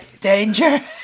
Danger